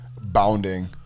bounding